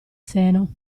seno